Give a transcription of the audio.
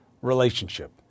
relationship